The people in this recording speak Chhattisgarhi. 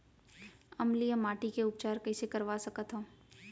अम्लीय माटी के उपचार कइसे करवा सकत हव?